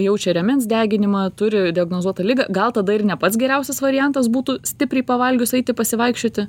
jaučia rėmens deginimą turi diagnozuotą ligą gal tada ir ne pats geriausias variantas būtų stipriai pavalgius eiti pasivaikščioti